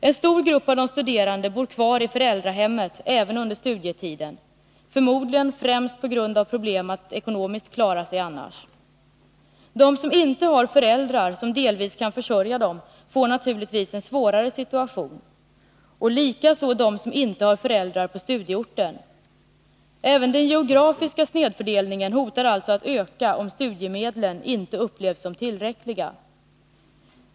En stor grupp av de studerande bor kvar i föräldrahemmet även under studietiden, förmodligen främst på grund av problem att klara sig ekonomiskt annars. De som inte har föräldrar som delvis kan försörja dem får naturligtvis en svårare situation, och detsamma gäller dem som inte har föräldrar på studieorten. Även den geografiska snedfördelningen hotar alltså att öka om studiemedlen inte upplevs som tillräckliga.